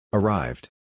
Arrived